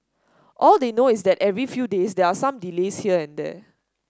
all they know is their every few days there are some delays here and there